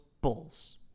Bulls